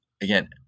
Again